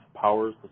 powers